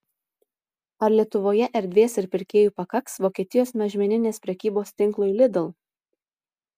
ar lietuvoje erdvės ir pirkėjų pakaks vokietijos mažmeninės prekybos tinklui lidl